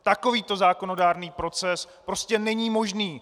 Takovýto zákonodárný proces prostě není možný!